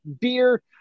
beer